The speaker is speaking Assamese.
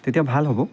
তেতিয়া ভাল হ'ব